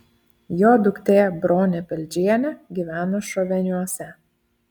jo duktė bronė peldžienė gyvena šoveniuose